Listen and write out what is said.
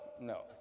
no